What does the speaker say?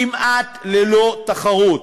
כמעט ללא תחרות,